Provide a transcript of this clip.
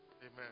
Amen